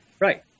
Right